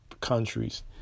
countries